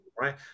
right